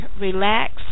relax